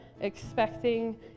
expecting